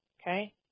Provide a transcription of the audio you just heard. okay